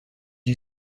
you